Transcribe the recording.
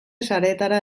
sareetara